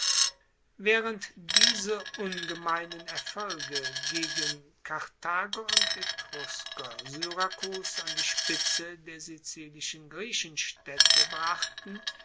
waehrend diese ungemeinen erfolge gegen karthager und etrusker syrakus an die spitze der sizilischen griechenstaedte brachten